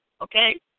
okay